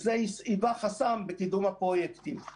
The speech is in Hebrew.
וזה היווה חסם בקידום פרויקטים.